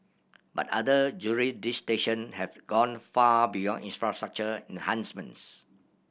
but other have gone far beyond infrastructure enhancements